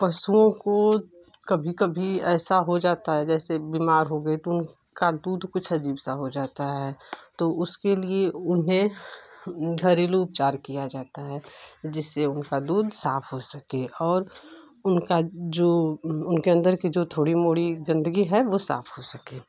पशुओं को कभी कभी ऐसा हो जाता है जैसे बिमार हो गए तो उनका दूध कुछ अजीब सा हो जाता है तो उसके लिए उन्हें घरेलू उपचार किया जाता है जिससे उनका दूध साफ हो सके और उनका जो उनके अंदर के जो थोड़ी मोड़ी गंदगी है वो साफ हो सके